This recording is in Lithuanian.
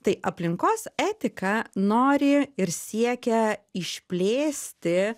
tai aplinkos etika nori ir siekia išplėsti